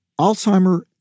Alzheimer